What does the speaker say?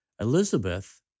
Elizabeth